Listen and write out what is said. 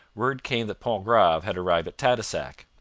word came that pontgrave had arrived at tadoussac.